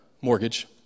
mortgage